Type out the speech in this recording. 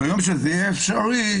ביום שזה יהיה אפשרי,